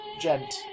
gent